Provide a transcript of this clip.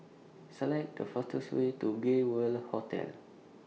Select The fastest Way to Gay World Hotel